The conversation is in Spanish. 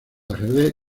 ajedrez